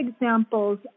examples